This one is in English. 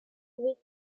with